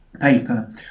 paper